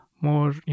more